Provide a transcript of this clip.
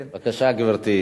בבקשה, גברתי.